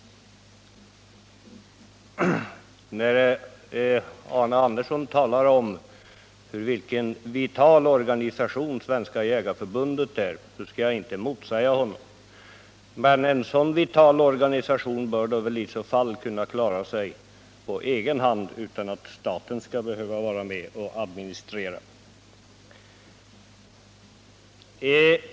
När Arne Andersson i Ljung talar om vilken vital organisation Svenska jägareförbundet är, skall jag inte motsäga honom. Men en sådan vital organisation bör i så fall kunna klara sig på egen hand utan att staten skall behöva vara med och administrera.